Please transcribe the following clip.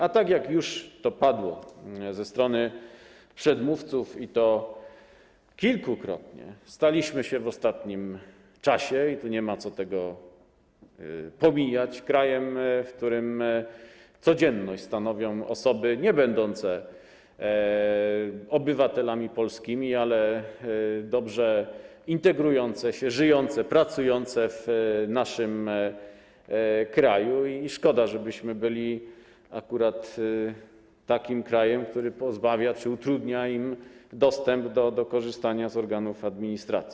A tak, jak już to padło ze strony przedmówców, i to kilkukrotnie, staliśmy się w ostatnim czasie, i tu nie ma co tego pomijać, krajem, w którym codzienność stanowią osoby niebędące obywatelami polskimi, ale dobrze integrujące się, żyjące, pracujące w naszym kraju, i szkoda, żebyśmy byli akurat takim krajem, który pozbawia ich czy utrudnia im dostęp do korzystania z organów administracji.